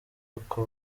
uko